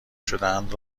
شدهاند